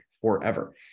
forever